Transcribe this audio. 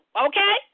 okay